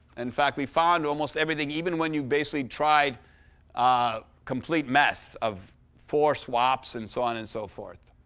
in fact, we found almost everything, even when you basically tried a complete mess of four swaps, and so on, and so forth.